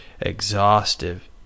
exhaustive